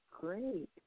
Great